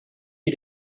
you